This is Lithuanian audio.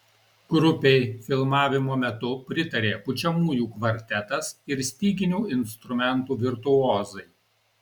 grupei filmavimo metu pritarė pučiamųjų kvartetas ir styginių instrumentų virtuozai